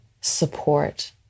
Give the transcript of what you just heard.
support